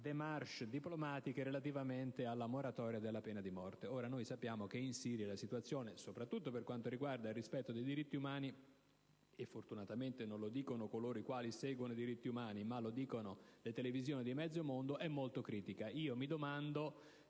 *démarche* diplomatica relativamente alla moratoria della pena di morte. Ora, sappiamo che in Siria la situazione, soprattutto per quanto riguarda il rispetto dei diritti umani - e fortunatamente non lo dicono solo coloro i quali seguono i diritti umani, ma lo dicono le televisioni di mezzo mondo - è molto critica.